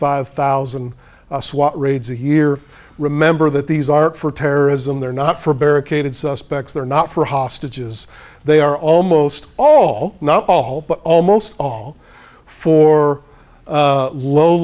five thousand swat raids a year remember that these aren't for terrorism they're not for barricaded suspects they're not for hostages they are almost all not all but almost all for